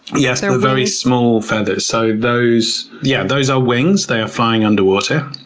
yes, they're very small feathers. so those yeah those are wings, they are flying underwater.